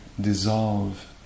dissolve